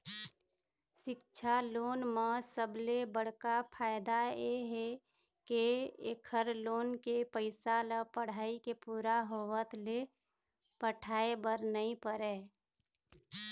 सिक्छा लोन म सबले बड़का फायदा ए हे के एखर लोन के पइसा ल पढ़ाई के पूरा होवत ले पटाए बर नइ परय